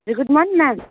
A good morning ma'am